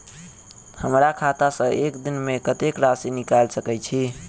हमरा खाता सऽ एक दिन मे कतेक राशि निकाइल सकै छी